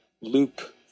loop